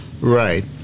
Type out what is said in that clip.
Right